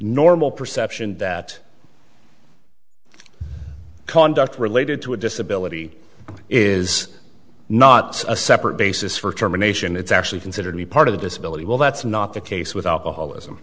normal perception that conduct related to a disability is not a separate basis for terminations it's actually considered the part of the disability well that's not the case with alcoholism